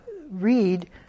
read